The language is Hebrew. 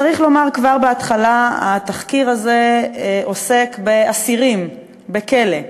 צריך לומר כבר בהתחלה שהתחקיר הזה עוסק באסירים בכלא,